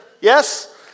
Yes